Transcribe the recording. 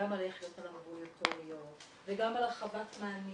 גם על איך --- אמבולטוריות, הרחבת מענים,